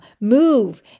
move